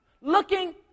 looking